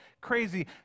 crazy